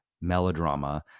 melodrama